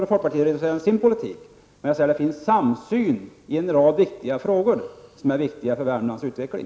Folkpartiet får sedan redovisa sin politik. Men det finns samsyn i en rad viktiga frågor som är väsentliga för Värmlands utveckling.